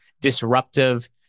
disruptive